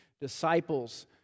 disciples